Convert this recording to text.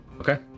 okay